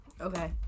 Okay